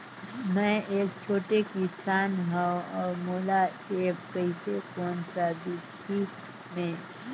मै एक छोटे किसान हव अउ मोला एप्प कइसे कोन सा विधी मे?